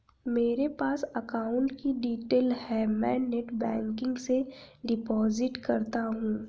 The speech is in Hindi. मेरे पास अकाउंट की डिटेल है मैं नेटबैंकिंग से डिपॉजिट करता हूं